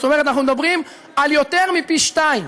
זאת אומרת, אנחנו מדברים על יותר מפי שניים.